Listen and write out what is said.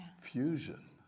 Fusion